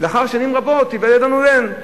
לאחר שנים רבות ייוולד לנו בן.